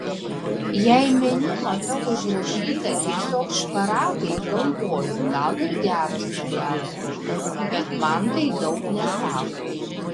jei meniu matau užrašyta tiesiog šparagai galvoju gal ir geras variantas bet man tai daug nesako